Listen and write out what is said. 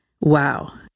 Wow